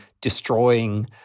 destroying